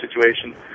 situation